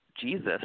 Jesus